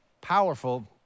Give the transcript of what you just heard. Powerful